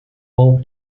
bob